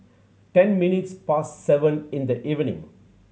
ten minutes past seven in the evening